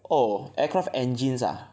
oh aircraft engines ah